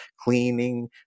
cleaning